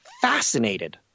fascinated